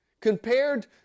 compared